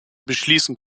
beschließen